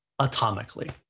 atomically